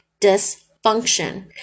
dysfunction